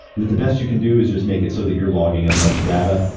that the best you can do is just make it so that you're logging as much data,